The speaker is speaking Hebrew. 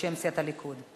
בשם סיעת הליכוד.